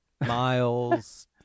Miles